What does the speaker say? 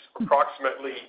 approximately